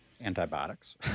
antibiotics